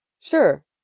Sure